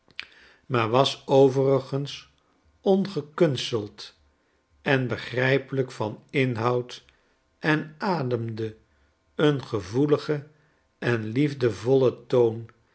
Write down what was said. maar was overigens ongekunsteld en begrijpelijk van inhoud en ademde een gevoeligen en liefdevollen toon